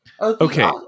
Okay